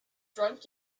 drunk